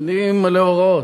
אני ממלא הוראות.